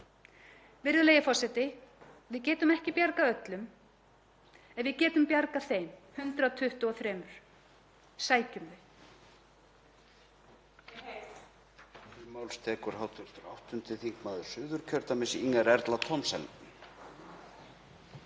Virðulegi forseti. Við getum ekki bjargað öllum en við getum bjargað þeim 123. Sækjum þau.